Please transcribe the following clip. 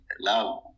love